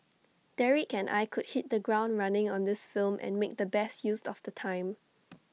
Derek and I could hit the ground running on this film and make the best use of the time